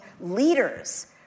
leaders